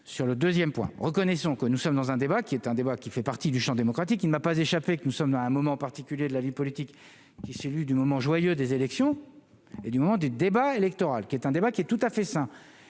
sur le 2ème point, reconnaissons que nous sommes dans un débat qui est un débat qui fait partie du Champ démocratique, il ne m'a pas échappé que nous sommes à un moment particulier de la vie politique qui s'est vu du moment joyeux des élections et du moment du débat électoral, qui est un débat qui est tout à fait sain